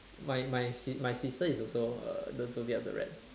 my my si~ my sister is also a the zodiac of the rat